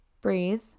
breathe